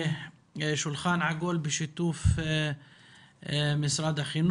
לשים בסדר עדיפויות שלה גם את הטיפול בהסתה בתוך אותה חברה,